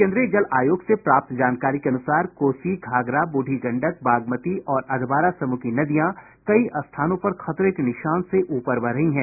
केन्द्रीय जल आयोग से प्राप्त जानकारी के अनुसार कोसी घाघरा ब्रूढ़ी गंडक बागमती और अधवारा समूह की नदियां कई स्थानों पर खतरे के निशान से ऊपर बह रही हैं